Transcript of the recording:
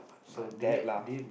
so that lah